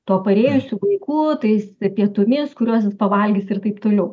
to parėjusiu vaiku tais pietumis kurios jis pavalgys ir taip toliau